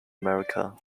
america